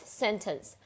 sentence